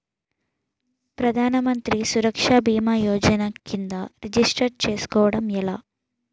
ప్రధాన మంత్రి సురక్ష భీమా యోజన కిందా రిజిస్టర్ చేసుకోవటం ఎలా?